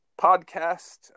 podcast